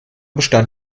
bestand